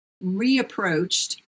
reapproached